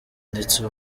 ndetse